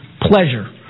pleasure